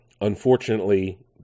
unfortunately